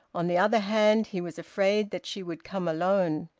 on the other hand, he was afraid that she would come alone.